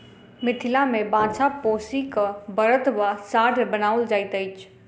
मिथिला मे बाछा पोसि क बड़द वा साँढ़ बनाओल जाइत अछि